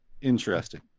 interesting